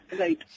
right